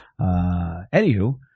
Anywho